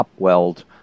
upwelled